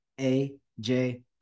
AJ